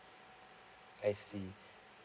I see